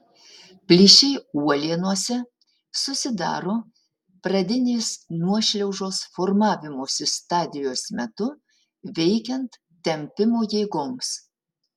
plyšiai uolienose susidaro pradinės nuošliaužos formavimosi stadijos metu veikiant tempimo jėgoms